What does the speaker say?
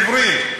עיוורים,